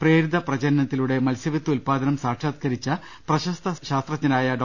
പ്രേരിത പ്രജനനത്തിലൂടെ മത്സ്യവിത്ത് ഉല്പാദനം സാക്ഷാത്കരിച്ച പ്രശസ്ത ശാസ്ത്രജ്ഞരായ ഡോ